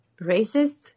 racist